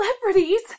Celebrities